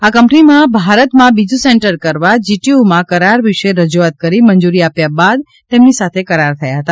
આ કંપનીના ભારતમાં બીજું સેન્ટર કરવા જીટીયુમાં કરાર વિશે રજૂઆત કરી મંજૂરી આપ્યા બાદ તેમની સાથે કરાર થયા હતા